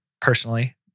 personally